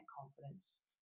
confidence